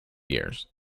years